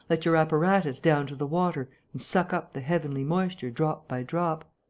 let your apparatus down to the water and suck up the heavenly moisture drop by drop.